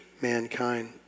mankind